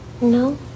no